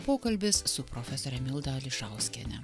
pokalbis su profesore milda ališauskiene